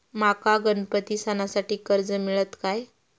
माका गणपती सणासाठी कर्ज मिळत काय?